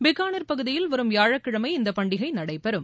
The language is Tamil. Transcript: பிகாளிர் பகுதியில் வரும் விபாழக்கிழமை இந்த பண்டிக்கை நடைபெறும்